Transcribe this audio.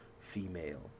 female